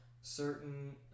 certain